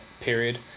period